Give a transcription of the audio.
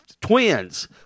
Twins